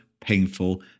painful